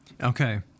Okay